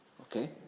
Okay